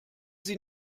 sie